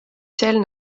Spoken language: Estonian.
sel